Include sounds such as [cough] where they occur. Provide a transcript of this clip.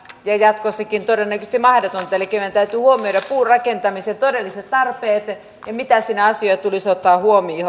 ja jatkossakin todennäköisesti mahdotonta elikkä meidän täytyy huomioida puurakentamisen todelliset tarpeet ja se mitä asioita siinä tulisi ottaa huomioon [unintelligible]